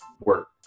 work